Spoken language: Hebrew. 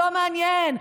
לא מעניין,